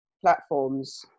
platforms